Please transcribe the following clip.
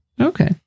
okay